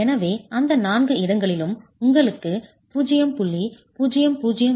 எனவே அந்த நான்கு இடங்களிலும் உங்களுக்கு 0